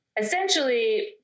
essentially